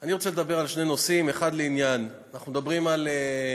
אני רוצה לדבר על שני נושאים: 1. אנחנו מדברים על שינוי